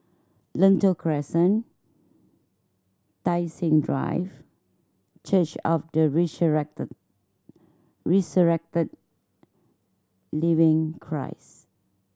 Lentor Crescent Tai Seng Drive Church of the Resurrected Living Christ